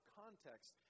context